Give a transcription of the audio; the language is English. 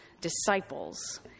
disciples